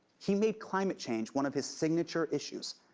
he made climate change one of his signature issues,